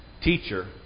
teacher